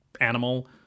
animal